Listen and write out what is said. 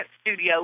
studio